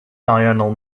diurnal